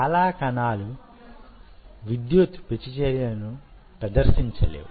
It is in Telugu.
చాలా కణాలు విద్యుత్ ప్రతిచర్యలను ప్రదర్శించలేవు